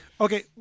okay